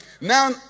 Now